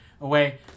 away